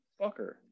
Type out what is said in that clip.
fucker